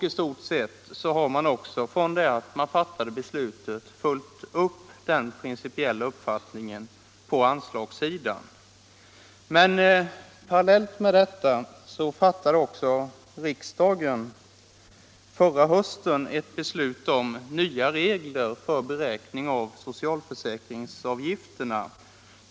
I stort sett har man också från beslutets fattande följt upp den principiella uppfattningen på anslagssidan. Men parallellt med detta fattade riksdagen förra hösten ett beslut om nya regler för beräkning av socialförsäkringsavgifterna.